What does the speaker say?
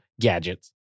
gadgets